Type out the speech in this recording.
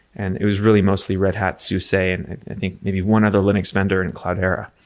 and it is really mostly red hat's hussein i think maybe one other linux vendor and cloudera.